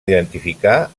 identificar